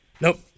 Nope